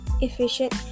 efficient